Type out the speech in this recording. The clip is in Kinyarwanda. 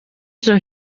izo